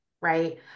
right